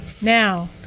Now